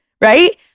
right